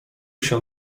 się